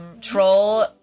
troll-